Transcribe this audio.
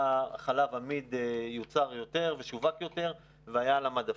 חלב עמיד שיוצר יותר ושווק יותר והיה על המדפים.